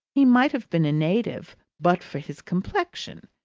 he might have been a native but for his complexion.